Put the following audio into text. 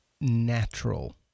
natural